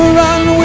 run